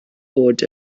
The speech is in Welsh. bod